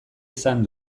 izan